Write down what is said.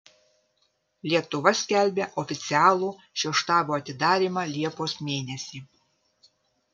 lietuva skelbia oficialų šio štabo atidarymą liepos mėnesį